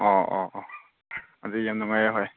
ꯑꯣ ꯑꯣ ꯑꯣ ꯑꯗꯨ ꯌꯥꯝ ꯅꯨꯡꯉꯥꯏꯔꯦ ꯍꯣꯏ